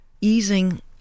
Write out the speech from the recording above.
easing